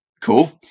cool